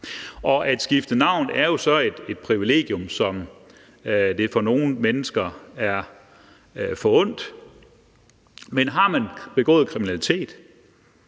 At skifte navn er jo så et privilegium, som det er nogle mennesker forundt, men har man begået kriminalitet